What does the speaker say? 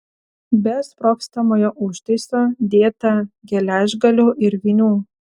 be sprogstamojo užtaiso dėta geležgalių ir vinių